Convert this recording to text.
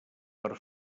per